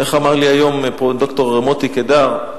איך אמר לי היום פה ד"ר מוטי קידר?